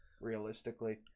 realistically